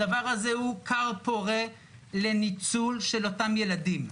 הדבר הזה הוא כר פורה לניצול של אותם ילדים.